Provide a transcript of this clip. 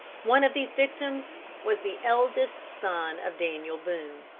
one of these victims was the eldest son of daniel boone.